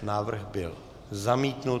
Návrh byl zamítnut.